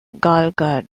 gielgud